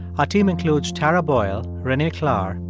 our team includes tara boyle, renee klahr,